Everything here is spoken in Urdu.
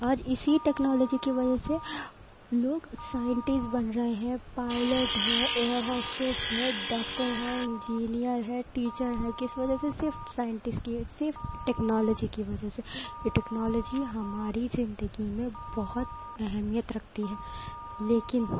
آج اسی ٹیکنالوجی کی وجہ سے لوگ سائنٹیسٹ بن رہے پائلیٹ ہے ایئر ہوسٹیس ہے ڈاکٹر ہے انجینئر ہے ٹیچر ہے کس وجہ سے صرف سائنٹیسٹ کی صرف ٹیکنالوجی کی وجہ سے یہ ٹیکنالوجی ہماری زندگی میں بہت اہمیت رکھتی ہے لیکن